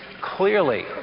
clearly